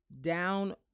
down